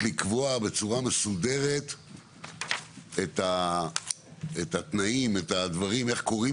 זה לקבוע בצורה מסודרת את התנאים ואיך קורים